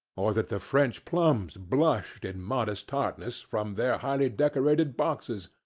or that the french plums blushed in modest tartness from their highly-decorated boxes,